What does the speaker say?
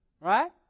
Right